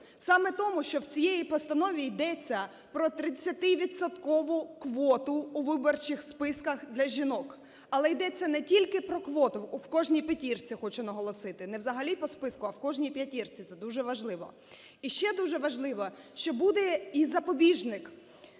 Саме тому, що в цій постанові йдеться про 30- відсоткову квоту у виборчих списках для жінок. Але йдеться не тільки про квоту в кожній п'ятірці, хочу наголосити, не взагалі по списку, а в кожній п'ятірці, це дуже важливо. І ще дуже важливо, що буде і запобіжник